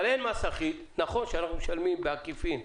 אבל אין מס אחיד, נכון שאנחנו משלמים בעקיפין.